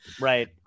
Right